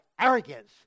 arrogance